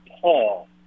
Paul